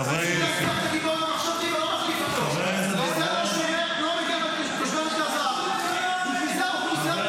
אביחי אברהם בוארון (הליכוד): זה לא מספיק לתושבי המרכז,